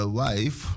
wife